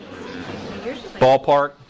Ballpark